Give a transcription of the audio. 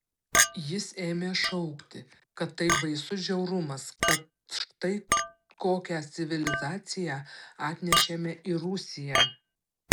jis ėmė šaukti kad tai baisus žiaurumas kad štai kokią civilizaciją atnešėme į rusiją